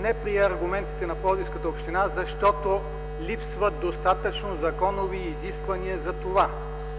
не прие аргументите на Пловдивската община, защото липсват достатъчно законови изисквания за това.